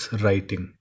writing